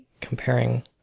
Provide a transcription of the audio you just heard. comparing